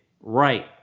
Right